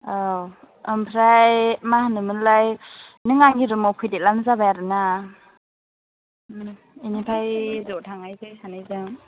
औ ओमफ्राय मा होनोमोनलाय नों आंनि रुमाव फैदेरब्लानो जाबाय आरोना बेनिफ्राय ज' थांनोसै सानैजों